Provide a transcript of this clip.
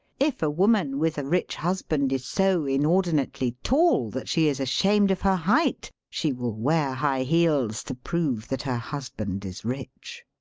if a woman with a rich husband is so inordinately tall that she is ashamed of her height, she will wear high heels to prove that her husband is rich.